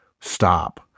Stop